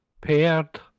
Paired